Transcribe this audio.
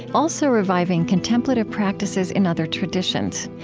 also reviving contemplative practices in other traditions.